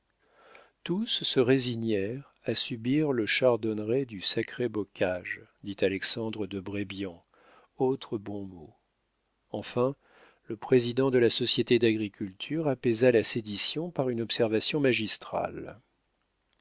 tous se résignèrent à subir le chardonneret du sacré bocage dit alexandre de brébian autre bon mot enfin le président de la société d'agriculture apaisa la sédition par une observation magistrale